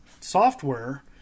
software